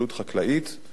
עתירת עבודה,